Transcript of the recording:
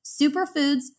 superfoods